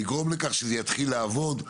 לגרום לכך שזה יתחיל לעבוד,